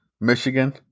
Michigan